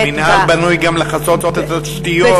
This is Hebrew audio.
המינהל בנוי גם לכסות את התשתיות.